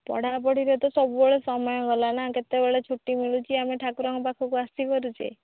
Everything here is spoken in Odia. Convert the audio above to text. ପଢ଼ା ପଢ଼ିରେ ତ ସବୁବେଳେ ସମୟ ଗଲା ନା କେତେବେଳେ ଛୁଟି ମିଳୁଛି ଆମେ ଠାକୁରଙ୍କ ପାଖକୁ ଆସି ପାରୁଛେ